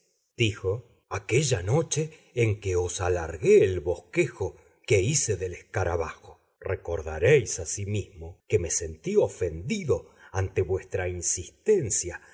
dijo aquella noche en que os alargué el bosquejo que hice del escarabajo recordaréis asimismo que me sentí ofendido ante vuestra insistencia